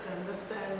understand